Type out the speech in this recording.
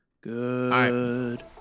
Good